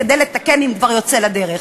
כדי לתקן אם זה כבר יוצא לדרך.